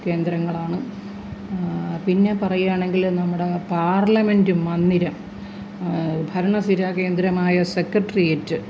കേന്ദ്രങ്ങളാണ് പിന്നെ പറയുവാണെങ്കില് നമ്മുടെ പാർലമെൻ്റ് മന്ദിരം ഭരണസിരാകേന്ദ്രമായ സെക്രട്ടറിയേറ്റ്